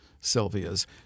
Sylvia's